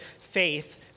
faith